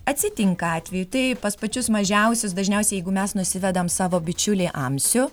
atsitinka atvejų tai pas pačius mažiausius dažniausiai jeigu mes nusivedam savo bičiulį amsių